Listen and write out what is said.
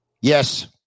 Yes